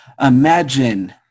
imagine